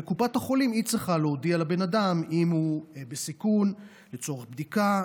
וקופת החולים צריכה להודיע לאדם אם הוא בסיכון לצורך בדיקה,